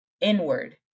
inward